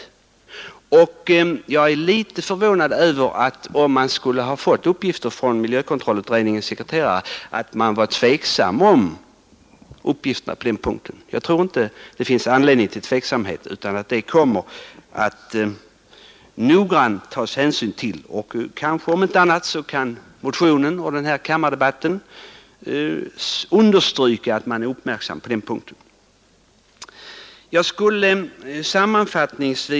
Jag är litet förvånad, om man skulle ha fått uppgifter från miljökontrollutredningens sekreterare, över att man är tveksam om huruvida uppgifterna är riktiga. Jag tror inte det finns anledning till något tvivel. Om inte annat kanske motionerna och kammardebatten leder till att man blir uppmärksam på problemen.